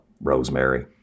Rosemary